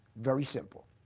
very simple.